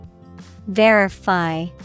Verify